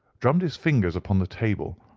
drummed his fingers upon the table,